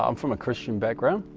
um from a christian background